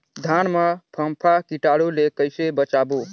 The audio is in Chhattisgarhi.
धान मां फम्फा कीटाणु ले कइसे बचाबो?